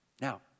Now